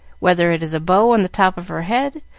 whether it is a bow on the top of her head,